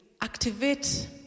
activate